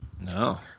No